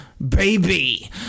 Baby